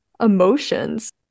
emotions